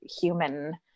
human